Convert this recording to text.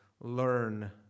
learn